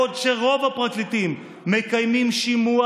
בעוד שרוב הפרקליטים מקיימים שימוע